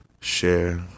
share